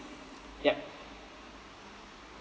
yup